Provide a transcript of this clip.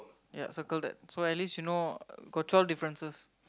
ya circle that so at least you know got twelve differences